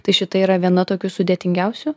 tai šita yra viena tokių sudėtingiausių